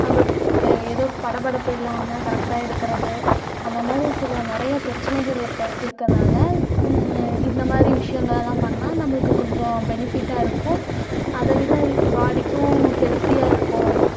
நம்மளுக்கு ஏதோ படபடப்பு இல்லாமல் கரெக்டாக இருக்கிறது அந்த மாதிரி சில நிறைய பிரச்சனைகள் இருப்ப இருக்கறதுனால இந்த மாதிரி விஷயங்களலாம் பண்ணால் நம்மளுக்கு கொஞ்சம் பெனிஃபிட்டாக இருக்கும் அதை விட பாடிக்கும் ஹெல்த்தியாக இருக்கும்